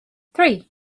three